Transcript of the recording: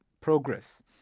Progress